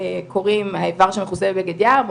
קוראים האיבר שמכוסה בבגד ים,